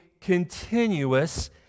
continuous